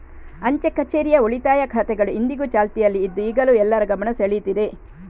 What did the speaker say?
ಅಂಚೆ ಕಛೇರಿಯ ಉಳಿತಾಯ ಖಾತೆಗಳು ಇಂದಿಗೂ ಚಾಲ್ತಿಯಲ್ಲಿ ಇದ್ದು ಈಗಲೂ ಎಲ್ಲರ ಗಮನ ಸೆಳೀತಿದೆ